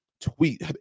tweet